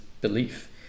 belief